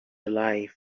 alive